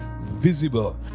visible